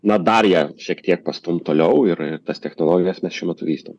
na dar ją šiek tiek pastumt toliau ir ir tas technologijas mes šiuo metu vystom